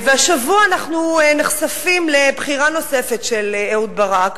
והשבוע אנחנו נחשפים לבחירה נוספת של אהוד ברק,